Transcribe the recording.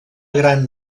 gran